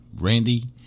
Randy